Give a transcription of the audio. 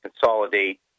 consolidate